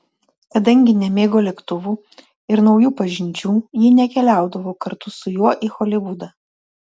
kadangi nemėgo lėktuvų ir naujų pažinčių ji nekeliaudavo kartu su juo į holivudą